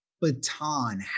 baton